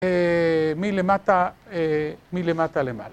מלמטה למעלה.